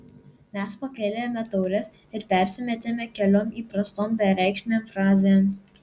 mes pakėlėme taures ir persimetėme keliom įprastom bereikšmėm frazėm